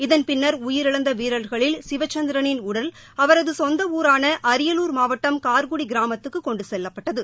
இதன் பின்னா் உயிரிழந்த வீரா்களில் சிவச்சந்திரனின் உடல் அவரது சொந்த ஊரான அரியலூா் மாவட்டம் கார்குடி கிராமத்துக்குக் கொண்டு செல்லப்பட்டது